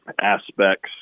aspects